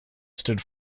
stood